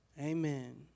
amen